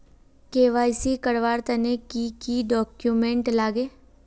KYC करवार तने की की डॉक्यूमेंट लागे?